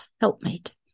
helpmate